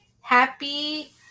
happy